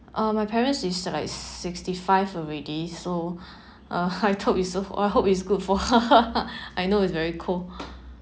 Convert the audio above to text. uh my parents is like sixty-five already so uh I thought I hope is good for her I know it's very cold